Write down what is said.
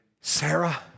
Sarah